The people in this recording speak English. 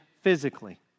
physically